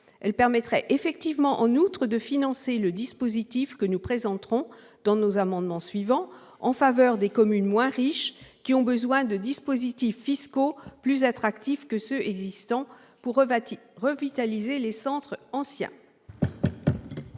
elle permettrait effectivement, en outre, de financer le dispositif, que nous présenterons dans nos amendements suivants, en faveur des communes moins riches qui ont besoin de dispositifs fiscaux plus attractifs pour revitaliser leurs centres anciens.